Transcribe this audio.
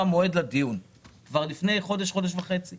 מועד לדיון כבר לפני חודש-חודש וחצי.